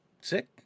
sick